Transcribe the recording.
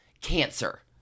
cancer